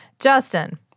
Justin